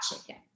chicken